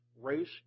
race